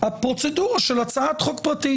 הפרוצדורה של הצעת חוק פרטית.